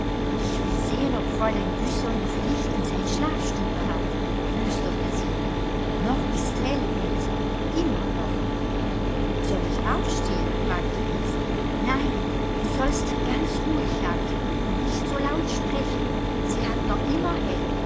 ich will sehen ob fräulein güssow noch licht in sein schlafstube hat flüsterte sie noch ist hell unten immer noch soll ich aufstehen fragte ilse nein du sollst dir ganz ruhig halten und nicht so laut sprechen sie hat noch immer